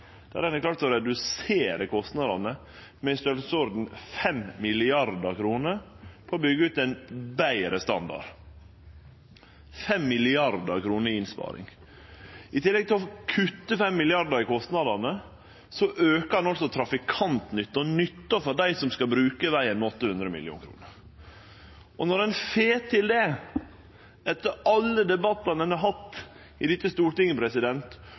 der ein har klart å redusere kostnadene med om lag 5 mrd. kr på å byggje ut ein betre standard – 5 mrd. kr i innsparing. I tillegg til å kutte 5 mrd. kr i kostnader aukar ein altså trafikantnytta og nytta for dei som skal bruke vegen, med 800 mill. kr. Og når ein får til det, etter alle debattane ein har hatt i dette stortinget